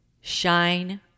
Shine